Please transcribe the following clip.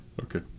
Okay